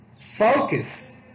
focus